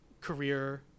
career